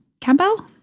Campbell